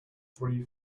three